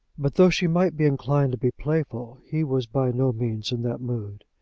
but though she might be inclined to be playful, he was by no means in that mood.